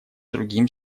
другим